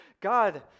God